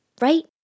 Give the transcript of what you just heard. right